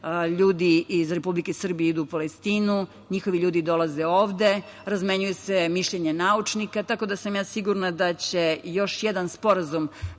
ljudi iz Republike Srbije idu u Palestinu, njihovi ljudi dolaze ovde, razmenjuju se mišljenja naučnika, tako da sam sigurna da će još jedan sporazum